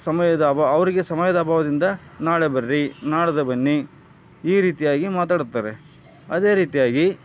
ಸಮಯದ ಅಬಾ ಅವರಿಗೆ ಸಮಯದ ಅಭಾವದಿಂದ ನಾಳೆ ಬನ್ರೀ ನಾಡ್ದು ಬನ್ನಿ ಈ ರೀತಿಯಾಗಿ ಮಾತಾಡುತ್ತಾರೆ ಅದೇ ರೀತಿಯಾಗಿ